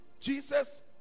Jesus